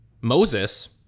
Moses